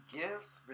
gifts